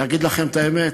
להגיד לכם את האמת,